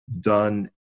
done